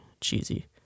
cheesy